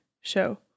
show